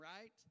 right